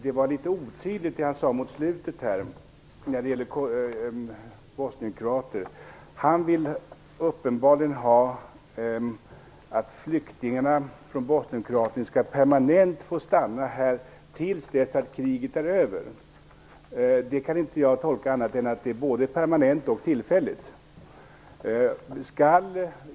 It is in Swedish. Det han sade mot slutet var litet otydligt när det gäller bosnienkroater. Han vill uppenbarligen att de bosnienkroatiska flyktingarna permanent skall få stanna här tills kriget är över. Det kan jag inte tolka på annat sätt än att det gäller både permanent och tillfälligt.